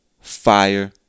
fire